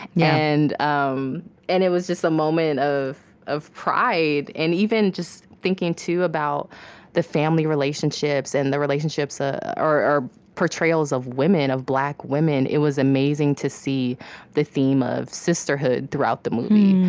yeah and um and it was just a moment of of pride. and even just thinking, too, about the family relationships and the relationships ah or portrayals of women, of black women, it was amazing to see the theme of sisterhood throughout the movie,